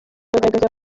bagaragaza